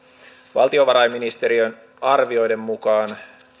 valtiovarainministeriön arvioiden mukaan